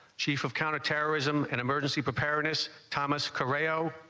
chief of counterterrorism and emergency preparedness thomas carreiro